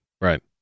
Right